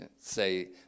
say